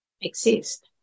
exist